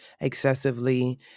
excessively